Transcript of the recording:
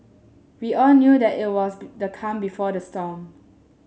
we all knew that it was the calm before the storm